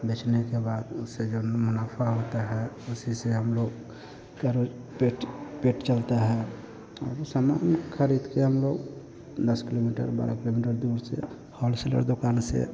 बेचने के बाद उससे जो मुनाफा होता है उसी से हम लोग का वो पेट पेट चलता है और सामान ख़रीदकर हम लोग दस किलोमीटर बारह किलोमीटर दूर से होलसेल की दुकान से